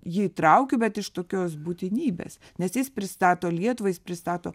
jį traukiu bet iš tokios būtinybės nes jis pristato lietuvą jis pristato